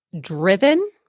driven